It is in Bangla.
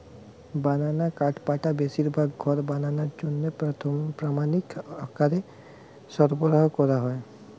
বানানা কাঠপাটা বেশিরভাগ ঘর বানানার জন্যে প্রামাণিক আকারে সরবরাহ কোরা হয়